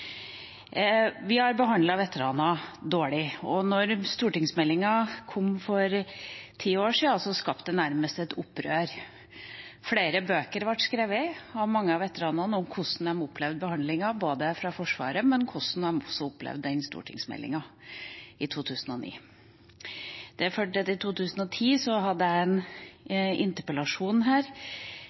Vi har behandlet veteraner dårlig, og da stortingsmeldinga kom for elleve år siden, skapte det nærmest et opprør. Flere bøker ble skrevet av mange av veteranene både om hvordan de opplevde behandlinga fra Forsvaret, og hvordan de opplevde den stortingsmeldinga i 2009. Det førte til at jeg i 2010 hadde en interpellasjon her